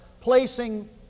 placing